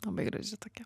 labai graži tokia